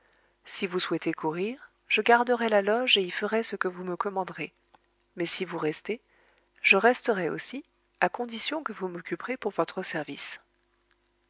si vous souhaitez courir je garderai la loge et y ferai ce que vous me commanderez mais si vous restez je resterai aussi à condition que vous m'occuperez pour votre service